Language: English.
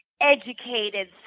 educated